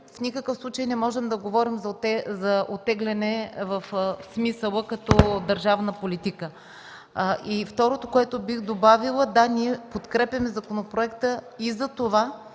В никакъв случай не можем да говорим за оттегляне в смисъла като държавна политика. Второто, което бих добавила, да, ние подкрепяме законопроекта и за това,